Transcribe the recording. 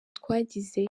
twagize